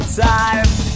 time